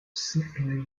symphony